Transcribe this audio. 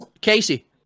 Casey